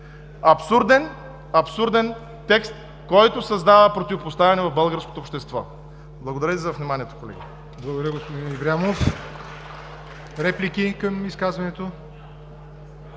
абсурден текст, който създава противопоставяне в българското общество! Благодаря Ви за вниманието, колеги.